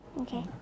Okay